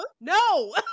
No